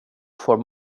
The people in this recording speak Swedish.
för